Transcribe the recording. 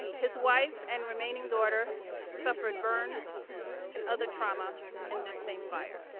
his wife and remaining daughter suffered burns and other trauma in this same fire.